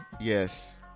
yes